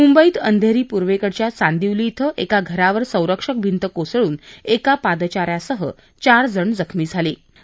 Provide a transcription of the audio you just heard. मुंबईत अंघेरी पूर्वेकडच्या चांदीवली इथं एका घरावर संरक्षक भिंत कोसळून एका पादचार्यासह चार जण जखमी झाले आहेत